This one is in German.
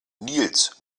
nils